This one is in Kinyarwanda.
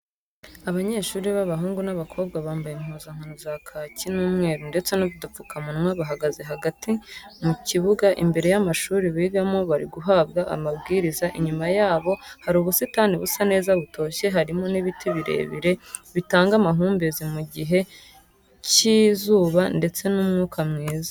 Abanyeshuri b'abahungu n'abakobwa bambaye impuzankano za kaki n'umweru ndetse n'udupfukamunwa, bahagaze hagati mu kibuga imbere y'amashuri bigamo bariguhabwa amabwiriza, inyuma yabo hari ubusitani busa neza butoshye harimo n'ibiti birebire bitanga amahumbezi mu gihe cy'izuba ndetse n'umwuka mwiza.